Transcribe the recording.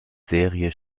serie